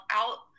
out